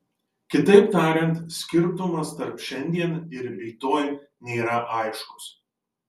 kitaip tariant skirtumas tarp šiandien ir rytoj nėra aiškus